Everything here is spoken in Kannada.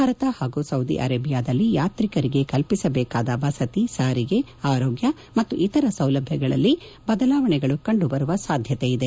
ಭಾರತ ಹಾಗೂ ಸೌದಿ ಅರೇಬಿಯಾದಲ್ಲಿ ಯಾತ್ರಿಕರಿಗೆ ಕಲ್ಲಿಸಬೇಕಾದ ವಸತಿ ಸಾರಿಗೆ ಆರೋಗ್ಗ ಮತ್ತು ಇತರ ಸೌಲಭ್ಯಗಳಲ್ಲಿ ಬದಲಾವಣೆಗಳು ಕಂಡು ಬರುವ ಸಾಧ್ಯತೆಯಿದೆ